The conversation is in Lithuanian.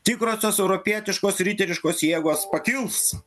tikrosios europietiškos riteriškos jėgos pakils